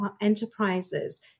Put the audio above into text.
enterprises